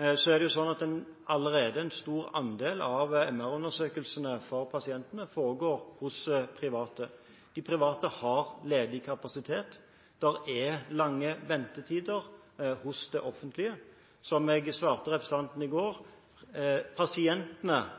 er det sånn at en stor andel av MR-undersøkelsene for pasientene allerede foregår hos private. De private har ledig kapasitet. Det er lange ventetider hos det offentlige. Som jeg svarte representanten i går, har pasientene